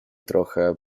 trochę